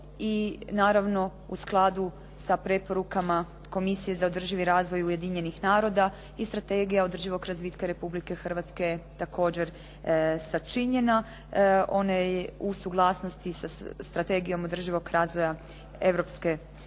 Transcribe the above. i naravno u skladu sa preporukama Komisije za održivi razvoj Ujedinjenih naroda i Strategija održivog razvitka Republike Hrvatske je također sačinjena. Ona je u suglasnosti sa Strategijom održivog razvoja Europske unije